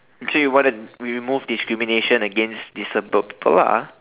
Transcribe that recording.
actually what we remove discrimination disable people lah